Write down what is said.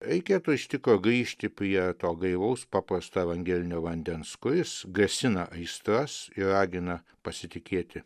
reikėtų ištikro grįžti prie to gaivaus paprasto evangelinio vandens kuris gesina aistras ir ragina pasitikėti